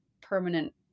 permanent